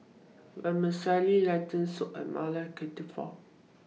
Vermicelli Lentil Soup and Maili Kofta